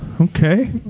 Okay